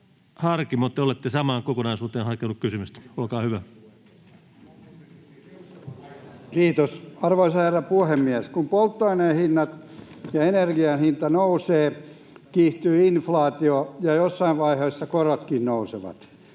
Harkimo, te olette samaan kokonaisuuteen harkinnut kysymystä. — Olkaa hyvä. Kiitos, arvoisa herra puhemies! Kun polttoaineen hinnat ja energian hinta nousevat, kiihtyy inflaatio ja jossain vaiheessa korotkin nousevat.